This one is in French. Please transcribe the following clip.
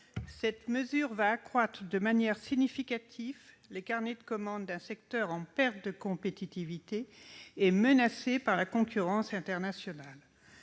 cette mesure accroîtra de manière significative les carnets de commandes d'un secteur en perte de compétitivité et menacé par la concurrence internationale.